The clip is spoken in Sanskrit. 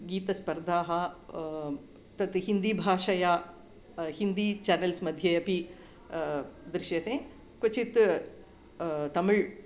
गीतस्पर्धाः तत् हिन्दीभाषया हिन्दी चानल्स्मध्ये अपि दृश्यते क्वचित् तमिळ्